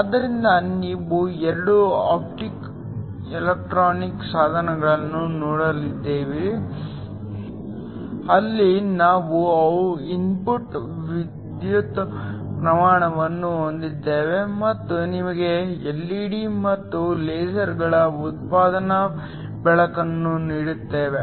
ಆದ್ದರಿಂದ ನಾವು 2 ಆಪ್ಟೊಎಲೆಕ್ಟ್ರಾನಿಕ್ ಸಾಧನಗಳನ್ನು ನೋಡಿದ್ದೇವೆ ಅಲ್ಲಿ ನಾವು ಇನ್ಪುಟ್ ವಿದ್ಯುತ್ ಪ್ರವಾಹವನ್ನು ಹೊಂದಿದ್ದೇವೆ ಮತ್ತು ನಿಮಗೆ ಎಲ್ಇಡಿ ಮತ್ತು ಲೇಸರ್ಗಳ ಉತ್ಪಾದನಾ ಬೆಳಕನ್ನು ನೀಡುತ್ತೇವೆ